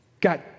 Got